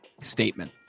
statement